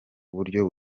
buryo